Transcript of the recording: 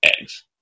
eggs